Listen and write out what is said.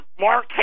Mark